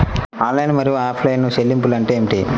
Online మరియు offline చెల్లింపులు అంటే ఏమిటి?